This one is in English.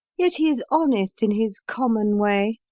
yet he is honest in his common way.